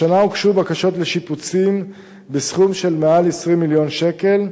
השנה הוגשו בקשות לשיפוצים בסכום של מעל 20 מיליון שקל,